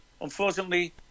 unfortunately